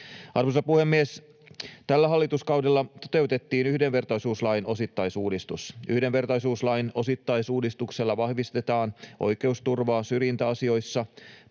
Arvoisa puhemies! Tällä hallituskaudella toteutettiin yhdenvertaisuuslain osittaisuudistus. Yhdenvertaisuuslain osittaisuudistuksella vahvistetaan oikeusturvaa syrjintäasioissa,